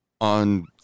on